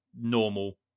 normal